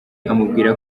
amubwira